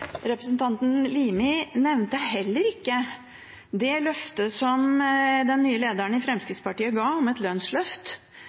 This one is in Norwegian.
Representanten Limi nevnte heller ikke det løftet som den nye lederen i